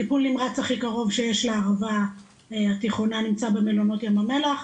טיפול נמרץ הכי קרוב שיש לערבה התיכונה נמצא במלונות יום המלח,